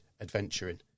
adventuring